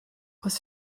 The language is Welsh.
oedd